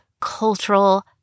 cultural